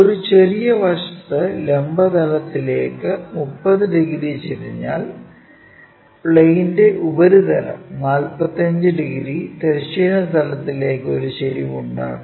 ഒരു ചെറിയ വശത്ത് ലംബ തലത്തിലേക്ക് 30 ഡിഗ്രി ചെരിഞ്ഞാൽപ്ലെയ്നിന്റെ ഉപരിതലം 45 ഡിഗ്രി തിരശ്ചീന തലത്തിലേക്ക് ഒരു ചെരിവ് ഉണ്ടാക്കുന്നു